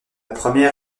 première